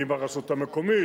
עם הרשות המקומית,